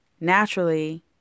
naturally